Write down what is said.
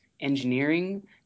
engineering